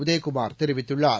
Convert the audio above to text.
உதயகுமார் தெரிவித்துள்ளார்